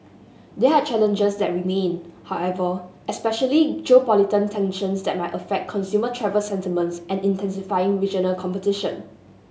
there are challenges that remain however especially tensions that might affect consumer travel sentiments and intensifying regional competition